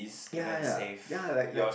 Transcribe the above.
yea yea yea like like